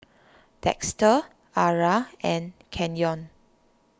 Dexter Arah and Kenyon